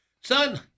Son